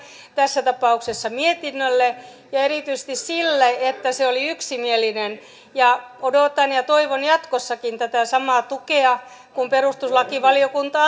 tässä tapauksessa mietinnölle ja erityisesti sille että se oli yksimielinen odotan ja toivon jatkossakin tätä samaa tukea kun perustuslakivaliokunta